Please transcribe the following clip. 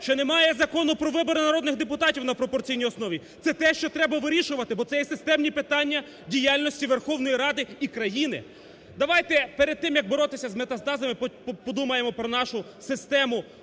що немає Закону про вибори народних депутатів на пропорційній основі. Це те, що треба вирішувати, бо це є системні питання діяльності Верховної Ради і країни. Давайте перед тим, як боротись з метастазами, подумаємо про нашу систему